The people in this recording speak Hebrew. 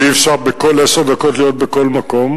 ואי-אפשר בכל עשר דקות להיות בכל מקום.